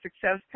success